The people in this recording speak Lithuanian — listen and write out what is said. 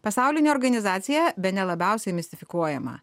pasaulinė organizacija bene labiausiai mistifikuojama